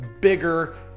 bigger